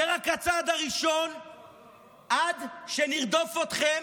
זה רק הצעד הראשון עד שנרדוף אתכם,